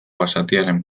basatiaren